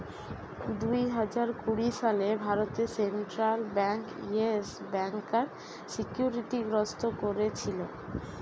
দুই হাজার কুড়ি সালে ভারতে সেন্ট্রাল বেঙ্ক ইয়েস ব্যাংকার সিকিউরিটি গ্রস্ত কোরেছিল